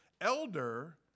Elder